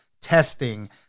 testing